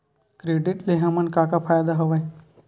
Credit ले हमन का का फ़ायदा हवय?